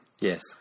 Yes